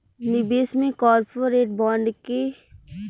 निवेश में corporate bond के भी सुरक्षा शामिल होखेला